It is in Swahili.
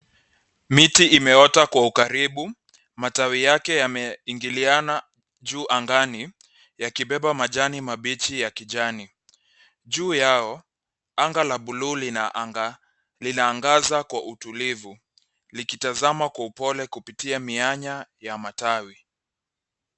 Miti imeota kwa ukaribu. Matawi yake yameingiliana juu angani, yakibeba majani mabichi ya kijani. Juu yao, anga la buluu linaangaza kwa utulivu, likitazama kwa upole kupitia mianya ya matawi.